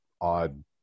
odd